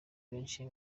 benshi